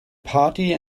party